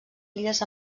illes